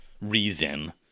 reason